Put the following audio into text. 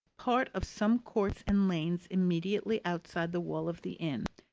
part of some courts and lanes immediately outside the wall of the inn,